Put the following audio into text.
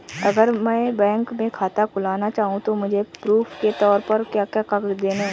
अगर मैं बैंक में खाता खुलाना चाहूं तो मुझे प्रूफ़ के तौर पर क्या क्या कागज़ देने होंगे?